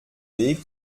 weg